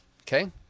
Okay